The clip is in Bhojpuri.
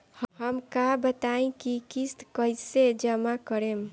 हम का बताई की किस्त कईसे जमा करेम?